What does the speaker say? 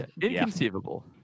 Inconceivable